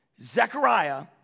Zechariah